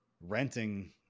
renting